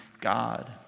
God